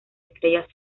estrellas